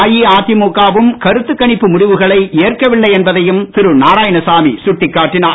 அஇஅதிமுக வும் கருத்து கணிப்பு முடிவுகளை ஏற்கவில்லை என்பதையும் திரு நாராயணசாமி சுட்டிக்காட்டினார்